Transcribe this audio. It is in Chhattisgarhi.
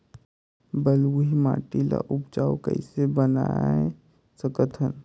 बलुही माटी ल उपजाऊ कइसे बनाय सकत हन?